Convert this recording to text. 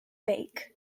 bake